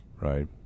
right